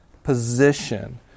position